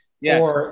Yes